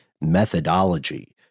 methodology